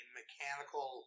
mechanical